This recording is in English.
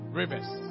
rivers